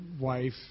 wife